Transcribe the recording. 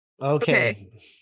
okay